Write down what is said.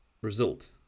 result